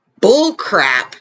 bullcrap